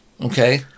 Okay